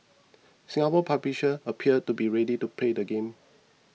Singapore publishers appear to be ready to play the game